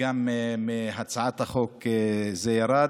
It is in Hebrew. וגם מהצעת החוק זה ירד.